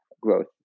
growth